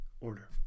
order